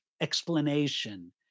explanation